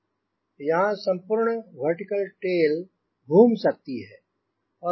यहांँ संपूर्ण vertical tail घूम सकती है